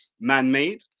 man-made